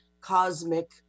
cosmic